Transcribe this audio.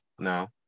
No